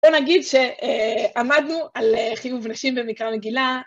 בוא נגיד שעמדנו על חיוב נשים במקרא מגילה.